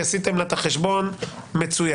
עשיתם לה את החשבון כי עשיתם לה את החשבון מצוין.